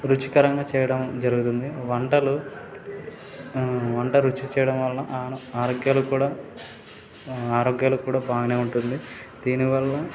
రుచికరంగా చేయడం జరుగుతుంది వంటలు వంట రుచించడం వల్ల ఆన ఆరోగ్యాలు కూడా ఆరోగ్యాలు కూడా బాగానే ఉంటుంది దీని వలన